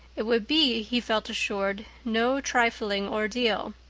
it would be, he felt assured, no trifling ordeal.